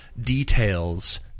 details